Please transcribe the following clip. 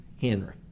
Henry